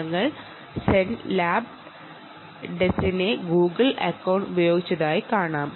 ഞങ്ങൾ സെൻലാബ് ഡെസിന്റെ ഗൂഗിൾ അകൌണ്ട് ഉപയോഗിച്ചതായി നിങ്ങൾക്ക് കാണാം